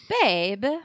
Babe